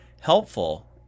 helpful